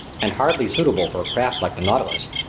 and hardly suitable for a craft like the nautilus.